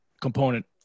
component